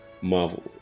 Marvel